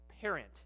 parent